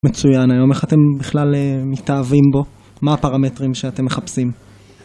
מצוין היום, איך אתם בכלל מתאהבים בו, מה הפרמטרים שאתם מחפשים?